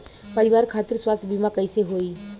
परिवार खातिर स्वास्थ्य बीमा कैसे होई?